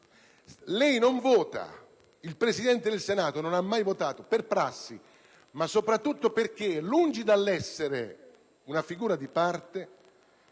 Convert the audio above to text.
Lei non vota, il Presidente del Senato non ha mai votato per prassi, ma soprattutto perché, lungi dall'essere una figura di parte,